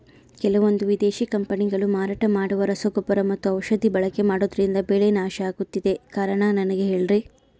ಕೆಲವಂದು ವಿದೇಶಿ ಕಂಪನಿಗಳು ಮಾರಾಟ ಮಾಡುವ ರಸಗೊಬ್ಬರ ಮತ್ತು ಔಷಧಿ ಬಳಕೆ ಮಾಡೋದ್ರಿಂದ ಬೆಳೆ ನಾಶ ಆಗ್ತಾಇದೆ? ಕಾರಣ ನನಗೆ ಹೇಳ್ರಿ?